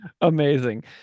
Amazing